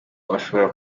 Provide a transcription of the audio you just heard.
bashobora